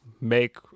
make